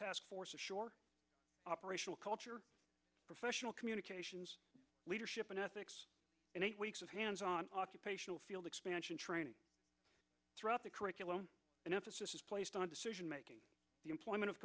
task force ashore operational culture professional communications leadership and ethics and eight weeks of hands on occupational field expansion training throughout the curriculum and emphasis is placed on decision making the employment of